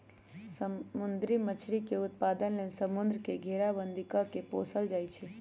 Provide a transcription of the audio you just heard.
समुद्री मछरी के उत्पादन लेल समुंद्र के घेराबंदी कऽ के पोशल जाइ छइ